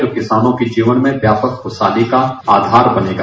जो किसानों के जीवन में व्यापक खुशहाली का आधार बनेगा